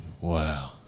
Wow